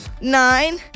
nine